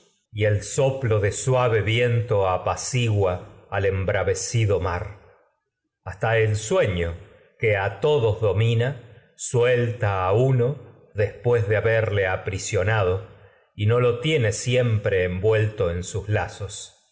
y el soplo de suave viento apacigua embravecido mar hasta el sueño berle que a todos domina suelta a uno después de ha y aprisionado no lo tiene siempre envuelto en sus lazos